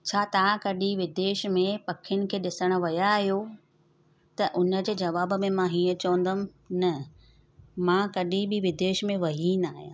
छा तव्हां कॾहिं विदेश में पखियुनि खे ॾिसण विया आहियो त हुनजे जवाब में मां हीअं चवंदमि न मां कॾहिं बि विदेश में वेई न आहियां